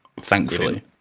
thankfully